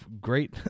great